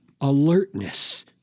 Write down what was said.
alertness